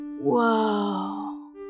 Whoa